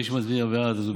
מי שמצביע בעד אז הוא בעד?